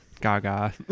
Gaga